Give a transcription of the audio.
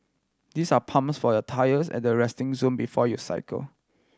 these are pumps for your tyres at the resting zone before you cycle